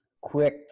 quick